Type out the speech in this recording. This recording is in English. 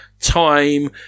time